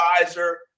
advisor